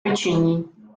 pečení